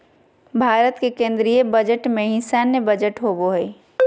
भारत के केन्द्रीय बजट में ही सैन्य बजट होबो हइ